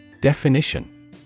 DEFINITION